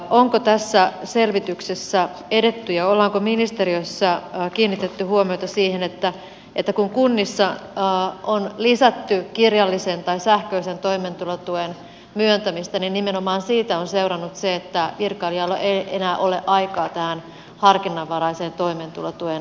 onko tässä selvityksessä edetty ja onko ministeriössä kiinnitetty huomiota siihen että kun kunnissa on lisätty kirjallisen tai sähköisen toimeentulotuen myöntämistä niin nimenomaan siitä on seurannut se että virkailijoilla ei enää ole aikaa tähän harkinnanvaraisen toimeentulotuen selvittämiseen